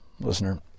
listener